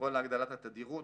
לפעול להגדלת התדירות,